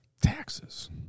Taxes